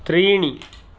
त्रीणि